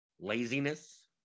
laziness